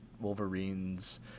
Wolverine's